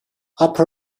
upon